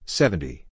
seventy